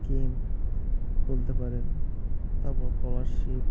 scheme বলতে পারেন তারপর স্কলারশিপ